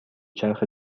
چرخ